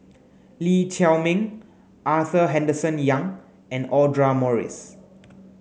Lee Chiaw Meng Arthur Henderson Young and Audra Morrice